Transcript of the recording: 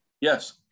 yes